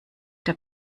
der